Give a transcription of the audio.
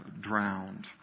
drowned